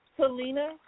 Selena